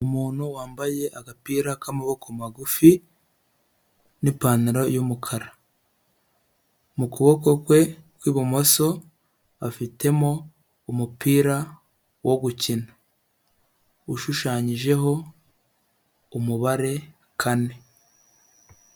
Umuntu wambaye agapira k'amaboko magufi n'ipantaro y'umukara, mu kuboko kwe kw'ibumoso afitemo umupira wo gukina, ushushanyijeho umubare kane.